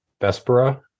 Vespera